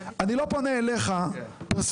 אני לא פונה אליך פרסונלית.